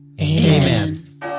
Amen